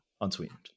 unsweetened